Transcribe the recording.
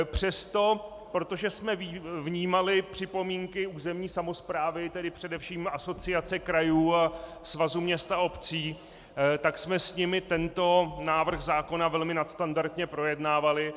Přesto, protože jsme vnímali připomínky územní samosprávy, tedy především Asociace krajů a Svazu měst a obcí, tak jsme s nimi tento návrh zákona velmi nadstandardně projednávali.